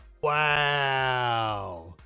Wow